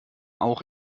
auch